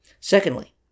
Secondly